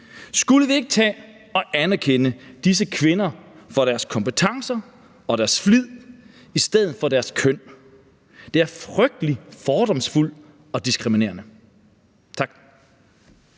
Skulle vi ikke tage og anerkende disse kvinder for deres kompetencer og deres flid i stedet for deres køn? Det her er jo frygtelig fordomsfuldt og diskriminerende. Tak.